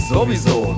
Sowieso